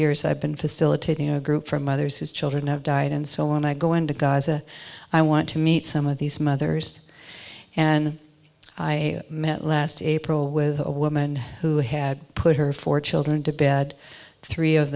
years i've been facilitating a group for mothers whose children have died and so when i go into gaza i want to meet some of these mothers and i met last april with a woman who had put her four children to bed three of